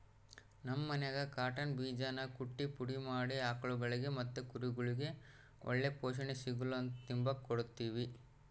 ನಮ್ ಮನ್ಯಾಗ ಕಾಟನ್ ಬೀಜಾನ ಕುಟ್ಟಿ ಪುಡಿ ಮಾಡಿ ಆಕುಳ್ಗುಳಿಗೆ ಮತ್ತೆ ಕುರಿಗುಳ್ಗೆ ಒಳ್ಳೆ ಪೋಷಣೆ ಸಿಗುಲಂತ ತಿಂಬಾಕ್ ಕೊಡ್ತೀವಿ